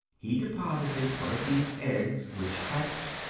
he deposited one of these eggs, which hatched,